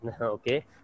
Okay